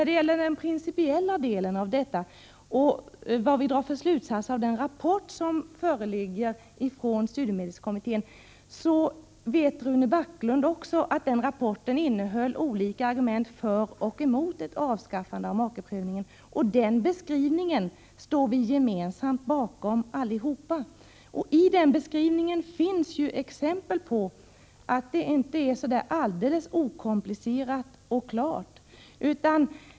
Beträffande den principiella frågan, vilka slutsatser vi drar av den rapport som föreligger från studiemedelskommittén, vet Rune Backlund också att den rapporten innehåller ett antal argument för och emot ett avskaffande av makeprövningen. Den beskrivningen står vi allihop gemensamt bakom. I den beskrivningen finns exempel på att det inte är så alldeles okomplicerat och klart.